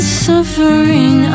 suffering